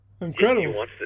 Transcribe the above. incredible